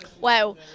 Wow